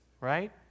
Right